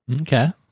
okay